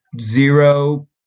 zero